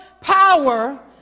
Power